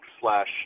slash